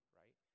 right